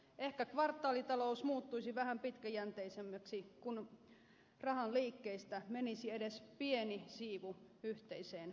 ehkä kvartaalitalous muuttuisi vähän pitkäjänteisemmäksi kun rahan liikkeistä menisi edes pieni siivu yhteiseen hyvään